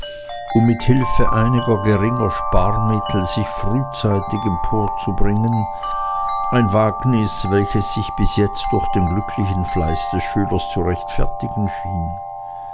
um mit hilfe einiger geringer sparmittel sich frühzeitig emporzubringen ein wagnis welches sich bis jetzt durch den glücklichen fleiß des schülers zu rechtfertigen schien